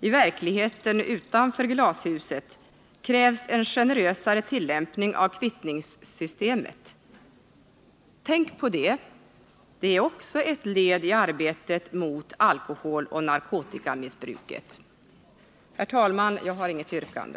i verkligheten, utanför glashuset, krävs en generösare tillämpning av kvittningssystemet. Tänk på det! Det är också ett led i arbetet mot alkoholoch narkotikamissbruket. Herr talman! Jag har inget yrkande.